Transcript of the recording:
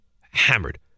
hammered